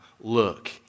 look